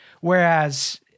whereas